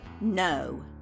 no